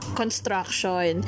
construction